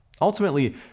ultimately